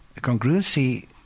congruency